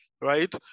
right